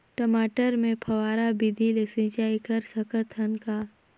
मटर मे फव्वारा विधि ले सिंचाई कर सकत हन का?